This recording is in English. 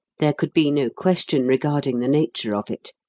there could be no question regarding the nature of it.